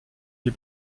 die